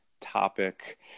topic